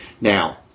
Now